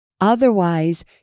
Otherwise